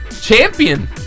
champion